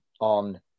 On